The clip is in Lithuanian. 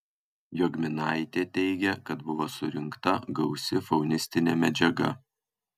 jogminaitė teigė kad buvo surinkta gausi faunistinė medžiaga